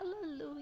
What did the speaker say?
Hallelujah